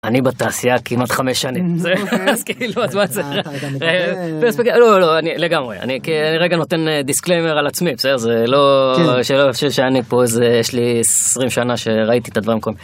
אני בתעשייה כמעט חמש שנים, בסדר? אז כאילו, מה זה? ריספקט... לא, לא, לא, לגמרי. אני רגע נותן דיסקליימר על עצמי, בסדר? זה לא... שאני פה איזה... יש לי עשרים שנה שראיתי את הדברים.